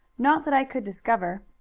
not that i could discover.